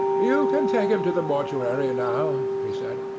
you can take him to the mortuary now, he said.